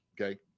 Okay